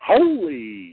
Holy